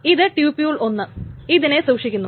ഇത് ട്യൂപൂൾ 1 ഇതിനെ സൂക്ഷിക്കുന്നു